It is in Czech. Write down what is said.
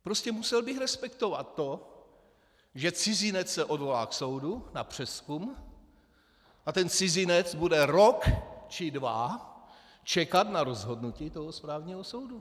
Prostě bych musel respektovat to, že cizinec se odvolá k soudu na přezkum a ten cizinec bude rok či dva čekat na rozhodnutí toho správního soudu.